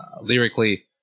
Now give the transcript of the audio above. lyrically